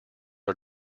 are